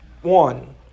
one